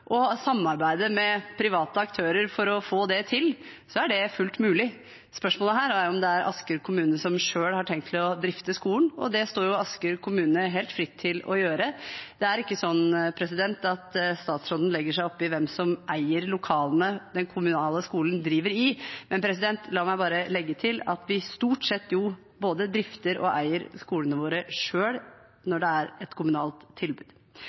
og samarbeide med private aktører for å få det til, er det fullt mulig. Spørsmålet her er om det er Asker kommune som selv har tenkt å drifte skolen, og det står jo Asker kommune helt fritt til å gjøre. Det er ikke slik at statsråden legger seg oppi hvem som eier lokalene den kommunale skolen driver i. Men la meg bare legge til at vi stort sett både drifter og eier skolene våre selv når det er et kommunalt tilbud.